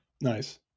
nice